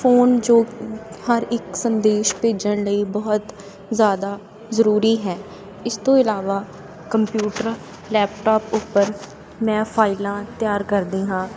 phone ਜੋ ਹਰ ਇੱਕ ਸੰਦੇਸ਼ ਭੇਜਣ ਲਈ ਬਹੁਤ ਜ਼ਿਆਦਾ ਜ਼ਰੂਰੀ ਹੈ ਇਸ ਤੋਂ ਇਲਾਵਾ ਕੰਪਿਊਟਰ ਲੈਪਟਾਪ ਉੱਪਰ ਮੈਂ ਫਾਈਲਾਂ ਤਿਆਰ ਕਰਦੀ ਹਾਂ